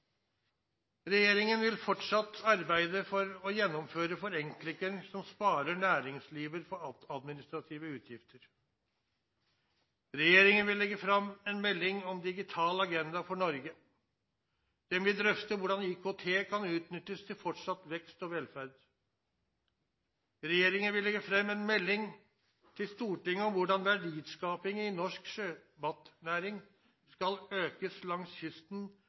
Regjeringen vil fortsatt arbeide for å gjennomføre forenklinger som sparer næringslivet for administrative utgifter. Regjeringen vil legge fram en melding om Digital agenda for Norge. Den vil drøfte hvordan IKT kan utnyttes til fortsatt vekst og velferd. Regjeringen vil legge fram en melding til Stortinget om hvordan verdiskapingen i norsk sjømatnæring kan økes langs kysten